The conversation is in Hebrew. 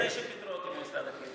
עוד לפני שפיטרו אותי ממשרד הקליטה.